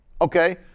Okay